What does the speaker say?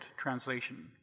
translation